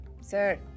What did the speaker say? Sir